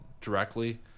directly